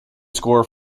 score